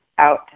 out